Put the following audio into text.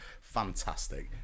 Fantastic